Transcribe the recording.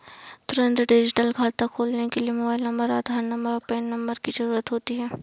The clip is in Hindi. तुंरत डिजिटल खाता खोलने के लिए मोबाइल नंबर, आधार नंबर, और पेन नंबर की ज़रूरत होगी